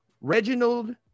Reginald